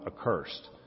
accursed